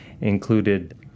included